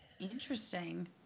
Interesting